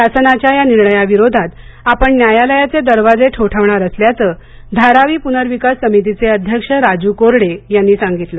शासनाच्या या निर्णयाविरोधात आपण न्यायालयाचे दरवाजे ठोठावणार असल्याचं धारावी पुनर्विकास समितीचे अध्यक्ष राजू कोरडे यांनी सांगितलं